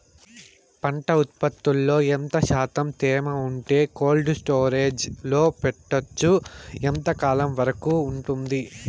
పంట ఉత్పత్తులలో ఎంత శాతం తేమ ఉంటే కోల్డ్ స్టోరేజ్ లో పెట్టొచ్చు? ఎంతకాలం వరకు ఉంటుంది